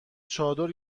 چادر